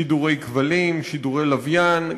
שידורי כבלים,